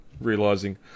realising